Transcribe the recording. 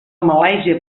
malàisia